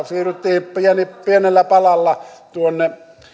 siirryttiin opintorahasta pienellä palalla tuonne